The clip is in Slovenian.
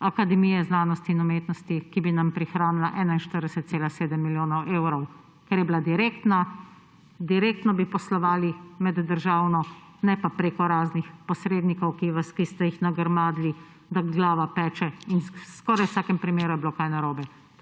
Akademije znanost in umetnosti, ki bi nam prihranila 41,7 milijona evrov, ker je bila direktna, direktno bi poslovali meddržavno, ne pa prek raznih posrednikov, ki ste jih nagrmadili, da glava peče. In skoraj v vsakem primeru je bilo kaj narobe.